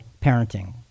parenting